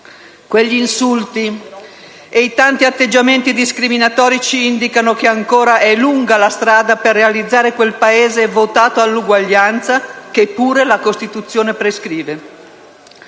Quegli insulti e i tanti atteggiamenti discriminatori ci indicano che è ancora lunga la strada per realizzare quel Paese votato all'uguaglianza, che pure la Costituzione prescrive.